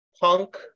punk